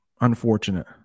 unfortunate